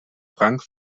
frank